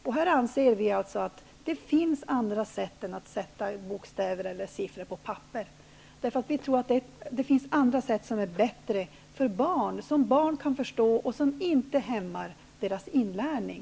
Vi anser att det finns andra sätt än att sätta bokstäver eller siffror på ett papper, andra sätt som är bättre, som barn kan förstå och som inte hämmar deras inlärning.